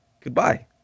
goodbye